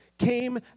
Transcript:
came